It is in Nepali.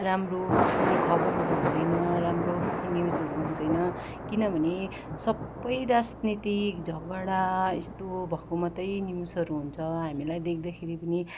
राम्रो खबरहरू हुँदैन राम्रो न्युजहरू हुँदैन किन भने सबै राजनैतिक झगडा यस्तो भएको मात्रै न्युजहरू हुन्छ हामीलाई देख्दाखेरि पनि